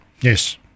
Yes